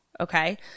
okay